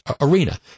Arena